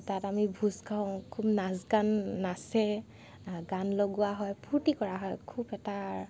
তাত আমি ভোজ খাওঁ খুব নাচ গান নাচে গান লগোৱা হয় ফূৰ্তি কৰা হয় খুব এটা